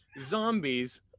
zombies